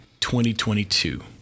2022